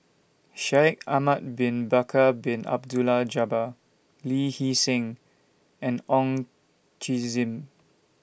Shaikh Ahmad Bin Bakar Bin Abdullah Jabbar Lee Hee Seng and Ong Tjoe Zim